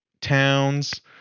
towns